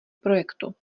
projektu